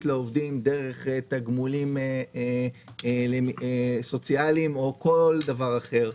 לעובדים דרך תגמולים סוציאליים או כל דבר אחר,